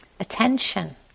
Attention